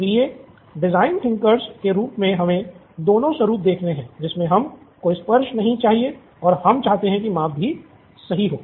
इसलिए designer thinkers के रूप में हमे दोनों स्वरूप देखने हैं जिसमे हम कोई स्पर्श नहीं चाहिए और हम चाहते हैं कि माप भी सही हो